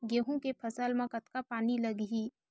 गेहूं के फसल म कतका पानी लगही?